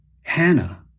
Hannah